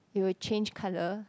it will change colour